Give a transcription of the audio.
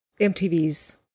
mtv's